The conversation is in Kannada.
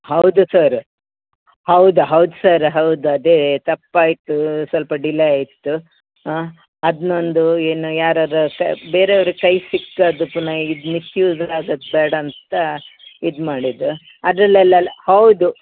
ಹೌದು ಸರ್ ಹೌದ ಹೌದು ಸರ್ ಹೌದು ಅದೇ ತಪ್ಪಾಯಿತು ಸ್ವಲ್ಪ ಡಿಲೇ ಆಯಿತು ಹಾಂ ಅದನ್ನೊಂದು ಏನು ಯಾರಾರು ಸ ಬೇರೆಯವರ ಕೈಗೆ ಸಿಕ್ಕದೆ ಪುನಃ ಈಗ ಮಿಸ್ಯೂಸಡ್ ಆಗದು ಬೇಡ ಅಂತ ಇದು ಮಾಡಿದ್ದು ಅದರಲ್ಲೆಲ್ಲ ಹೌದು